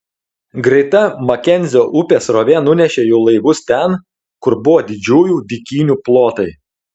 greita makenzio upės srovė nunešė jų laivus ten kur buvo didžiųjų dykynių plotai